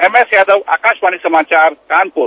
एमएसयादव आकाशवाणी समाचार कानपुर